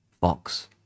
Box